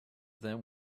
them